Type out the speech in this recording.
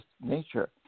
nature